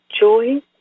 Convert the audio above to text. Joy